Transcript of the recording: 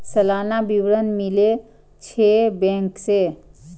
सलाना विवरण मिलै छै बैंक से?